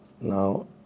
Now